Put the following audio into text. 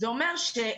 זה אומר שהתקנים,